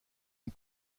une